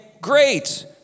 great